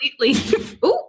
completely